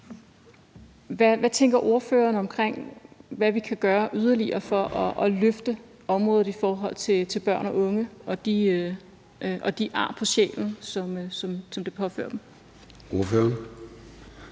Hvad tænker ordføreren, vi kan gøre yderligere for at løfte området i forhold til børn af unge og de ar på sjælen, som det påfører dem? Kl.